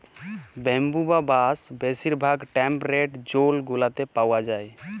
bamboo বা বাঁশ বেশির ভাগ টেম্পরেট জোল গুলাতে পাউয়া যায়